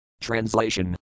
Translation